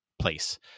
place